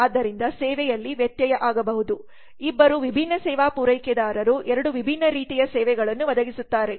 ಆದ್ದರಿಂದ ಸೇವೆಯಲ್ಲಿ ವ್ಯತ್ಯಯ ಆಗಬಹುದು ಇಬ್ಬರು ವಿಭಿನ್ನ ಸೇವಾ ಪೂರೈಕೆದಾರರು ಎರಡು ವಿಭಿನ್ನ ರೀತಿಯ ಸೇವೆಗಳನ್ನು ಒದಗಿಸುತ್ತಾರೆ